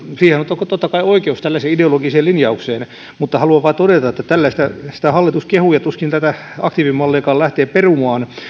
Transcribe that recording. on totta kai oikeus tällaiseen ideologiseen linjaukseen mutta haluan vain todeta että sitä hallitus kehuu ja tuskin tätä aktiivimalliakaan lähtee perumaan